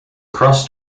cross